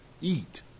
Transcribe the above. eat